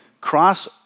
cross